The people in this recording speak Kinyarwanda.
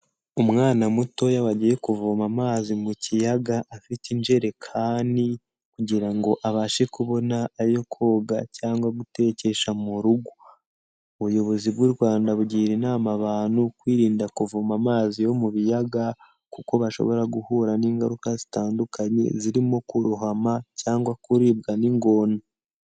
Umwana mutoya wagiye kuvoma amazi mu kiyaga, afite injerekani kugira ngo abashe kubona ayo koga cyangwa gutekesha mu rugo, ubuyobozi bw'u Rwanda bugira inama abantu kwirinda kuvoma amazi yo mu biyaga kuko bashobora guhura n'ingaruka zitandukanye, zirimo kurohama cyangwa kuribwa n'ingona.